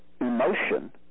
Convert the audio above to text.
emotion